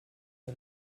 der